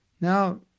Now